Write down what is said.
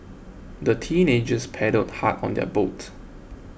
the teenagers paddled hard on their boat